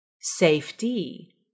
safety